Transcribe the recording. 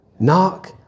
Knock